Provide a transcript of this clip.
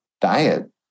diet